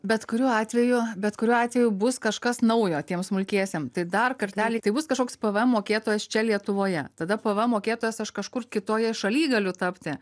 bet kuriuo atveju bet kuriuo atveju bus kažkas naujo tiem smulkiesiem tai dar kartelį tai bus kažkoks pvm mokėtojas čia lietuvoje tada pvm mokėtojas aš kažkur kitoje šaly galiu tapti